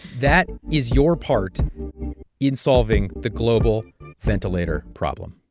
that is your part in solving the global ventilator problem